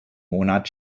monat